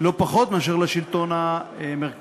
לא פחות מאשר לשלטון המרכזי,